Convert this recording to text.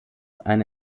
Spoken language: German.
eine